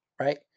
right